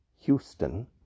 Houston